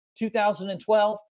2012